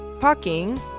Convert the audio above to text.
parking